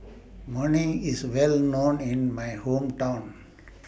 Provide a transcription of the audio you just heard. morning IS Well known in My Hometown